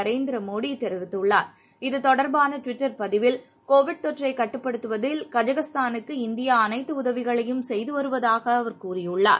நரேந்திரமோடிகூறியுள்ளார் இது தொடர்பானட்விட்டர் பதிவில் கோவிட் தொற்றைக் கட்டுப்படுத்துவதில் கஸகஸதானுக்கு இந்தியாஅனைத்துஉதவிகளையும் செய்துவருவதாகஅவர் கூறியுள்ளார்